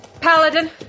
Paladin